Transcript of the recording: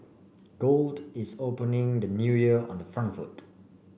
gold is opening the New Year on the front foot